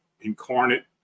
incarnate